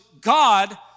God